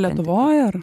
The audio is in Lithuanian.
lietuvoj ar